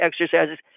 exercises